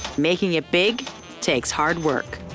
making it big takes hard work.